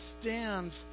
stand